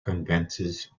convinces